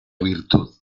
virtud